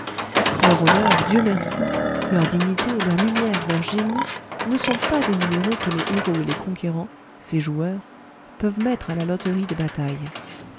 leur honneur dieu merci leur dignité leur lumière leur génie ne sont pas des numéros que les héros et les conquérants ces joueurs peuvent mettre à la loterie des batailles